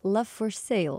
love for sale